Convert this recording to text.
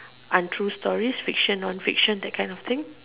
untrue stories fiction non fiction that kind of thing